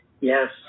yes